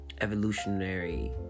evolutionary